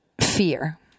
Fear